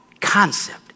concept